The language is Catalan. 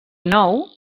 nou